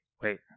wait